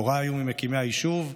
הוריי היו ממקימי היישוב,